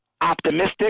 optimistic